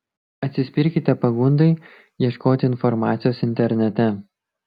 atsispirkite pagundai ieškoti informacijos internete